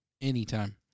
anytime